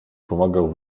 pomagał